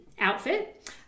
outfit